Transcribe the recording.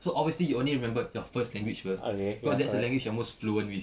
so obviously you only remember your first language [pe] cause that's the first language you're most fluent with